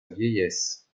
vieillesse